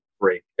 break